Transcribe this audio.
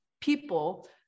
people